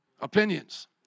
Opinions